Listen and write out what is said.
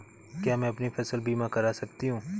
क्या मैं अपनी फसल बीमा करा सकती हूँ?